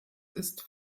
ist